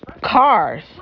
cars